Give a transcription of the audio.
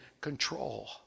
control